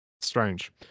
strange